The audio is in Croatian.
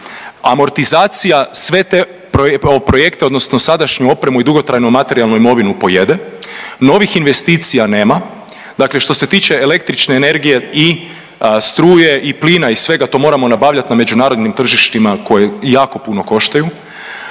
Amortizacija sve te projekte odnosno sadašnju opremu i dugotrajnu materijalnu imovinu pojede. Novih investicija nema. Dakle što se tiče električne energije i struje, i plina i svega to moramo nabavljati na međunarodnim tržištima koji jako puno koštaju.